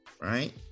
right